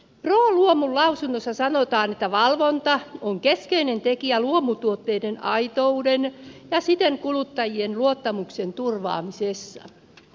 pro luomun lausunnossa sanotaan että valvonta on keskeinen tekijä luomutuotteiden aitouden ja siten kuluttajien luottamuksen turvaamisessa